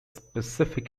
specific